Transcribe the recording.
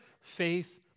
faith